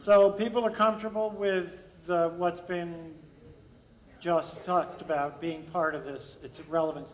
so people are comfortable with what's been just talked about being part of this it's of relevan